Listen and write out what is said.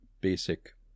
basic